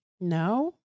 No